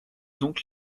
donc